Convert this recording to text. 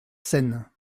seine